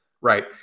right